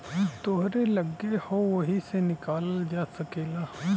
तोहरे लग्गे हौ वही से निकालल जा सकेला